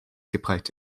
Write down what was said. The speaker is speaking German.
geprägt